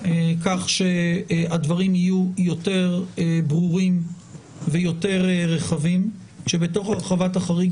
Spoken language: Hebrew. כך שהדברים יהיו יותר ברורים ויותר רחבים כאשר בתוך הרחבת החריג